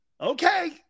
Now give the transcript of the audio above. Okay